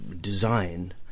design